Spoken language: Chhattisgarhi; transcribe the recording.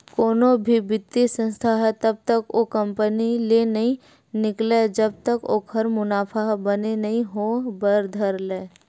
कोनो भी बित्तीय संस्था ह तब तक ओ कंपनी ले नइ निकलय जब तक ओखर मुनाफा ह बने नइ होय बर धर लय